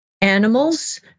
animals